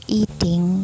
eating